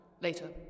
later